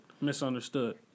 Misunderstood